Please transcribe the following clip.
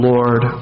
Lord